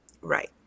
Right